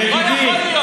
לא יכול להיות,